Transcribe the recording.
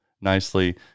Nicely